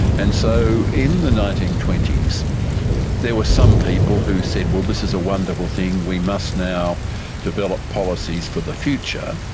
and so in the nineteen twenty s there were some people who said well this is a wonderful thing, we must now develop policies for the future.